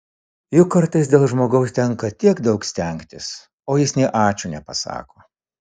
juk kartais dėl žmogaus tenka tiek daug stengtis o jis nė ačiū nepasako